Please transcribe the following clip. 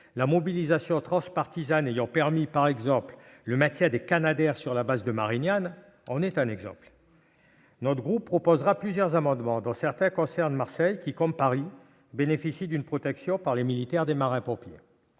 La mobilisation transpartisane ayant permis, par exemple, le maintien des canadairs sur la base de Marignane en est un exemple. Notre groupe proposera plusieurs amendements à ce sujet, dont certains concernent Marseille, qui, comme Paris, bénéficie d'une protection par les militaires que sont les marins-pompiers.